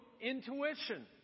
intuition